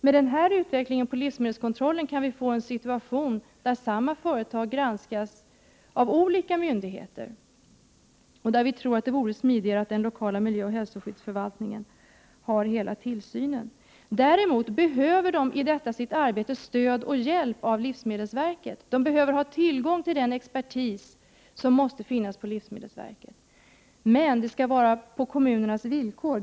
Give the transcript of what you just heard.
Med denna utveckling när det gäller livsmedelskontrollen kan vi få en situation där samma företag granskas av olika myndigheter. Enligt vår mening vore det smidigare om den lokala miljöoch hälsoskyddsförvaltningen hade hela tillsynen. Däremot behöver denna förvaltning i sitt arbete stöd och hjälp av livsmedelsverket. Förvaltningen behöver ha tillgång till den expertis som måste finnas på livsmedelsverket, men det skall vara på kommunernas villkor.